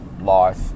life